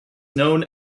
known